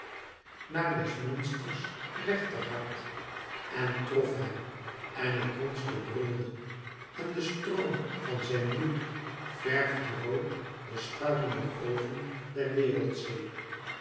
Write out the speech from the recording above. naar des monsters rechterhart en trof hem en het monster brulde en de stroom van zijn bloed verfde rood de schuimende golven der wereldzee toen